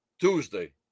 Tuesday